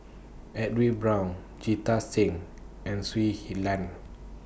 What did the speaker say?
Edwin Brown Jita Singh and Shui He Lan